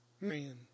Man